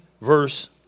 verse